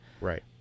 Right